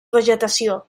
vegetació